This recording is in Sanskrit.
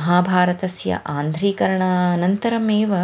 महाभारतस्य आन्ध्रीकरणानन्तरमेव